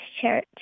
Church